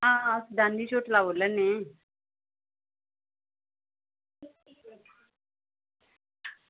हां अस दानिश होटल दा बोला ने